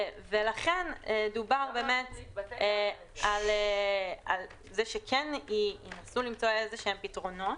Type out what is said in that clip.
לכן דובר על זה שכן ינסו למצוא פתרונות.